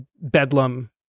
bedlam